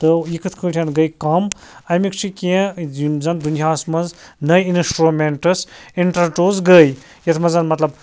تو یہِ کِتھ کٲٹھۍ گٔے کَم اَمِکۍ چھِ کیٚنٛہہ یِم زَن دُنیاہَس مَنٛز نَیہِ اِنَسٹرٛومٮ۪نٛٹٕس اِنٹَرڈوٗس گٔے یتھ مَنٛز مَطلَب